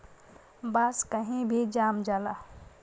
बांस कही भी जाम जाला